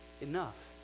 enough